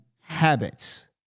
habits